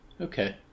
okay